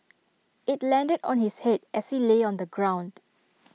IT landed on his Head as he lay on the ground